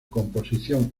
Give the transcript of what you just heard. composición